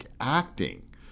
acting